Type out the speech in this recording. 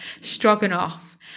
stroganoff